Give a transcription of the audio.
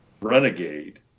Renegade